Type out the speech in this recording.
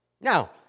Now